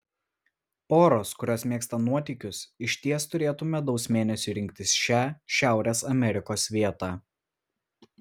poros kurios mėgsta nuotykius išties turėtų medaus mėnesiui rinktis šią šiaurės amerikos vietą